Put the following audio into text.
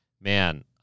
man